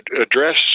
address